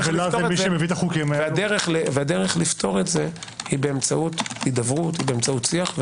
הדרך לפתור את זה היא באמצעות הידברות ושיח.